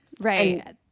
Right